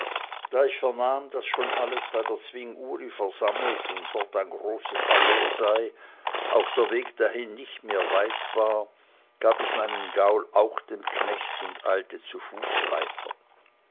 da ich vernahm daß schon alles bei der zwinguri versammelt und dort ein großes hallo sei auch der weg dahin nicht mehr weit war gab ich meinen gaul auch dem knecht und eilte zu fuß weiter